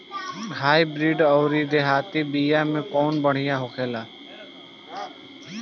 Hybrid अउर देहाती बिया मे कउन बढ़िया बिया होखेला?